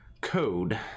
code